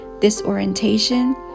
disorientation